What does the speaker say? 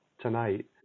tonight